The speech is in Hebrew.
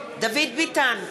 דוד ביטן,